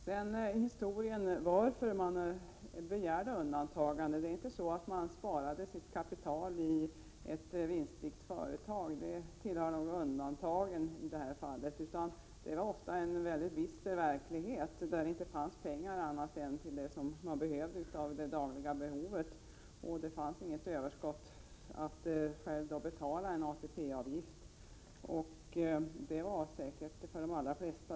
Det är inte så att de som begärde undantagande från ATP sparade sitt kapital och satte in det i ett vinstrikt företag. Det tillhör nog undantagen. Ofta levde man i en bister verklighet där det inte fanns pengar till annat än de dagliga behoven. Det fanns inget överskott att ta av för att betala en ATP-avgift. Det var säkert skälet för de allra flesta.